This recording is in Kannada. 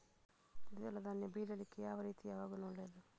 ದ್ವಿದಳ ಧಾನ್ಯ ಬೆಳೀಲಿಕ್ಕೆ ಯಾವ ರೀತಿಯ ಹವಾಗುಣ ಒಳ್ಳೆದು?